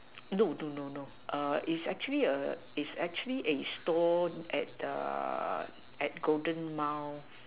no no no no err its actually a its actually a stall at the at golden mile